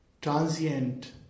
transient